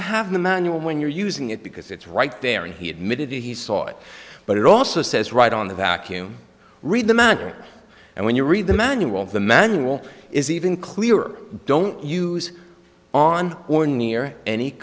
to have the manual when you're using it because it's right there and he admitted he saw it but it also says right on the vacuum read the matter and when you read the manual the manual is even clearer don't use on